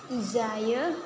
जायो